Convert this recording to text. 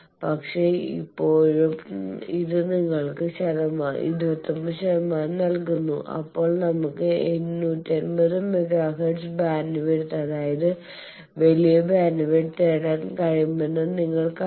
പക്ഷേ ഇപ്പോഴും ഇത് നിങ്ങൾക്ക് 29 ശതമാനം നൽകുന്നു അപ്പോൾ നമ്മൾക്ക് 880 മെഗാ ഹെർട്സ് ബാൻഡ്വിഡ്ത്ത് അതായത് വലിയ ബാൻഡ്വിഡ്ത്ത് നേടാൻ കഴിയുമെന്ന് നിങ്ങൾ കാണുന്നു